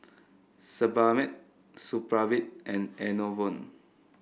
Sebamed Supravit and Enervon